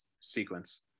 sequence